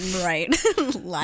right